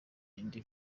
indi